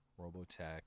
Robotech